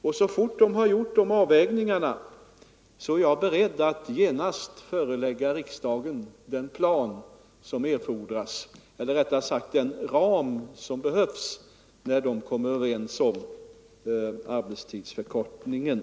Så snart de gjort dessa, är jag beredd att genast förelägga riksdagen den ram som behövs för att genomföra arbetstidsförkortningen.